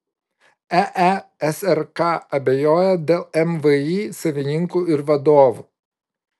eesrk abejoja dėl mvį savininkų ir vadovų